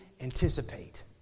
anticipate